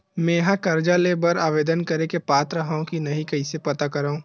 मेंहा कर्जा ले बर आवेदन करे के पात्र हव की नहीं कइसे पता करव?